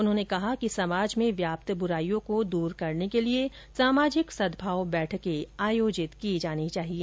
उन्होंने कहा कि समाज में व्याप्त बुराइयों को दूर करने के लिए सामाजिक सद्भाव बैठकें आयोजित की जानी चाहिए